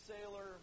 sailor